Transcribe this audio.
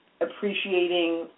appreciating